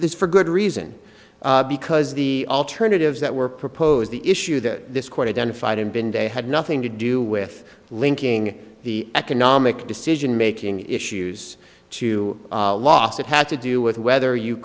this for good reason because the alternatives that were proposed the issue that this court identified and been day had nothing to do with linking the economic decision making issues to loss it had to do with whether you